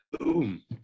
Boom